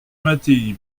mattei